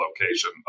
location